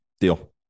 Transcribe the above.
Deal